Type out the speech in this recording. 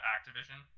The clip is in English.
Activision